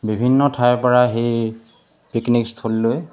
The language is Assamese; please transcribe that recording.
বিভিন্ন ঠাইৰপৰা সেই পিকনিক স্থলীলৈ